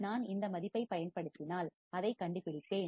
நான் இந்த மதிப்பைப் பயன்படுத்தினால் அதைக் கண்டுபிடிப்பேன்